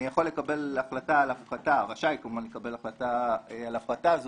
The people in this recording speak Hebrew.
יכול לקבל החלטה על הפחתה רשאי כמובן לקבל החלטה על הפחתה,